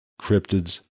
cryptids